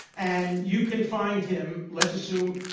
and you can find him let's assume,